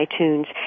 iTunes